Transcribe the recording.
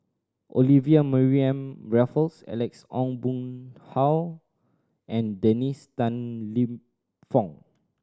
Olivia Mariamne Raffles Alex Ong Boon Hau and Dennis Tan Lip Fong